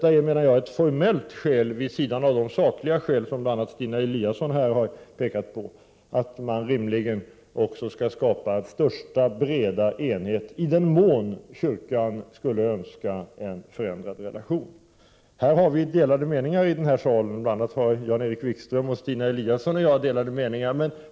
Jag menar att det är ett formellt skäl, vid sidan av de sakliga skäl som bl.a. Stina Eliasson påpekade, till att man rimligen skall skapa bredaste möjliga enighet om kyrkan skulle önska en förändring av relationerna. Här har Jan-Erik Wikström, Stina Eliasson och jag delade meningar.